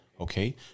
okay